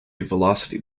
velocity